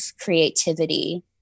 creativity